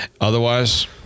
Otherwise